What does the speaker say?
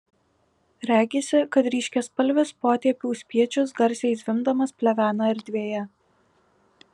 regisi kad ryškiaspalvis potėpių spiečius garsiai zvimbdamas plevena erdvėje